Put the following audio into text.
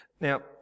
Now